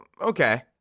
Okay